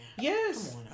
Yes